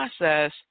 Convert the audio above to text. process